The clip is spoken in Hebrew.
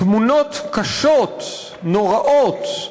תמונות קשות, נוראות,